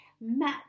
match